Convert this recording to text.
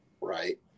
right